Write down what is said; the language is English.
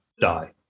die